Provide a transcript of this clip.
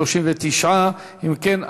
39. אם כן,